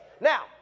Now